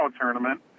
tournament